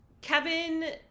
Kevin